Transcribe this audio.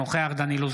אינו נוכח דן אילוז,